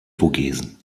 vogesen